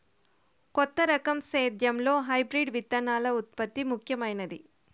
కొత్త రకం సేద్యంలో హైబ్రిడ్ విత్తనాల ఉత్పత్తి ముఖమైంది